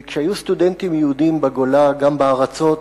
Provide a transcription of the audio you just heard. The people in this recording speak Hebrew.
כשהיו סטודנטים יהודים בגולה, גם בארצות